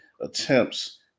attempts